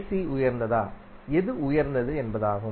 C உயர்ந்ததா எது உயர்ந்தது என்பதாகும்